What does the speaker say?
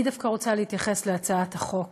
אני דווקא רוצה להתייחס להצעת החוק